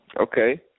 Okay